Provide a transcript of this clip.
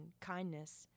kindness